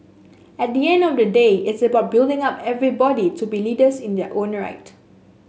at the end of the day it's about building up everybody to be leaders in their own right